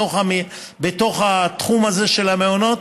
בתוך התחום הזה של המעונות,